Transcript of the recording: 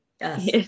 Yes